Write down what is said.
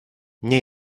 nie